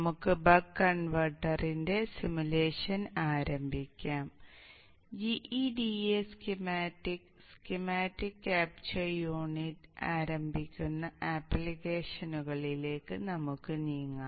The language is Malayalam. നമുക്ക് ബക്ക് കൺവെർട്ടറിന്റെ സിമുലേഷൻ ആരംഭിക്കാം gEDA schematic schematic capture unit ആരംഭിക്കുന്ന ആപ്ലിക്കേഷനുകളിലേക്ക് നമുക്ക് നീങ്ങാം